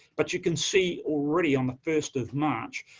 but you can see already, on the first of march,